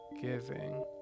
giving